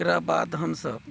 एकरा बाद हमसभ